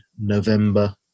November